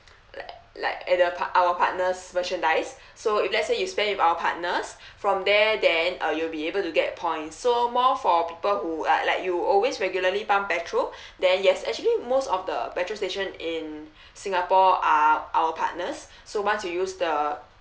like like at the part our partners' merchandise so if let's say you spend with our partners from there then uh you will be able to get points so more for people who are like you always regularly pump petrol then yes actually most of the petrol station in singapore are our partners so once you use the